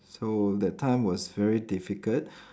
so that time was very difficult